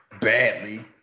badly